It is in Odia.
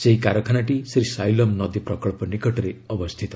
ସେହି କାରଖାନାଟି ଶ୍ରୀସାଇଲମ୍ ନଦୀ ପ୍ରକଳ୍ପ ନିକଟରେ ଅବସ୍ଥିତ